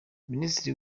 minisitiri